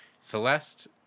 Celeste